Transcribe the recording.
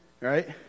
right